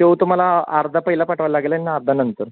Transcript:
तो तुम्हाला अर्धा पहिला पाठवायला लागेल आणि अर्धा नंतर